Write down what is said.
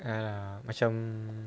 ah macam